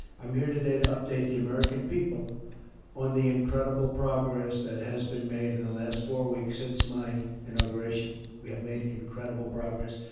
i'm here today to update the american people on the incredible progress that has been made in the last four weeks since my inauguration. we have made incredible progress.